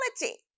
reality